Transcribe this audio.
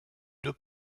deux